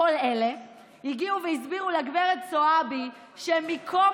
כל אלה הגיעו והסבירו לגב' זועבי שמקום